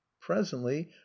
Presently